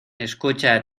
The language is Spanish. escucha